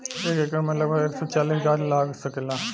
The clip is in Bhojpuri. एक एकड़ में लगभग एक सौ चालीस गाछ लाग सकेला